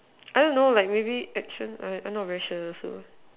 I don't know like maybe action I don't know I'm not too very sure also